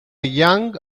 young